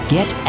Get